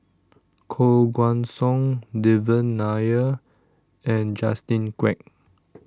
Koh Guan Song Devan Nair and Justin Quek